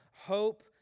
hope